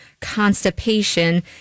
constipation